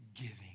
giving